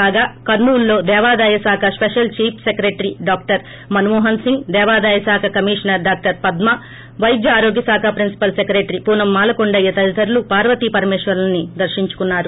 కాగా కర్పూలులో దేవాదాయ శాఖ special chief secretary doctor Manmohan Singh దేవాదాయ శాఖ కమిషనర్ డాక్టర్ పద్మ పైద్య ఆరోగ్య శాఖ ప్రిన్సిపల్ సెక్రెటరీ పూనం మాలకొండయ్య తదితరులు పార్వతి పరమేశ్వరులను దర్పించుకున్నారు